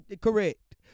Correct